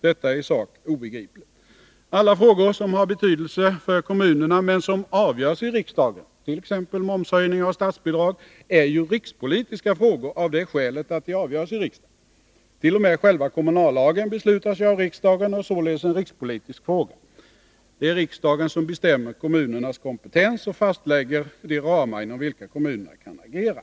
Detta är i sak obegripligt. Alla frågor som har betydelse för kommunerna men som avgörs i riksdagen —t.ex. momshöjningar och statsbidrag — är ju rikspolitiska frågor av det skälet att de avgörs i riksdagen. T. o. m. själva kommunallagen beslutas ju av riksdagen och är således en rikspolitisk fråga. Det är riksdagen som bestämmer kommunernas kompetens och fastlägger de ramar inom vilka kommunerna kan agera.